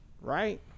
right